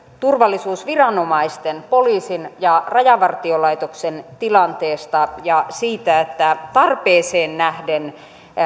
turvallisuusviranomaisten poliisin ja rajavartiolaitoksen tilanteesta ja siitä että tarpeeseen nähden